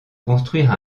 construire